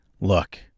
Look